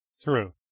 True